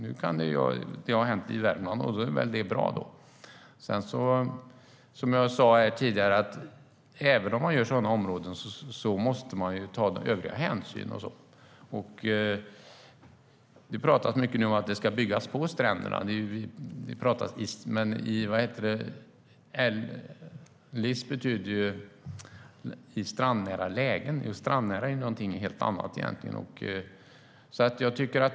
Nu kanske det har blivit bra i Värmland, men på många andra ställen har det inte fungerat. Som jag sa tidigare måste man, även om man inrättar sådana områden, också ta övriga hänsyn. Det talas mycket om att det ska byggas på stränderna. LIS står för landsbygdsutveckling i strandnära lägen, och just strandnära är egentligen något helt annat.